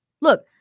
Look